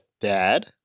Dad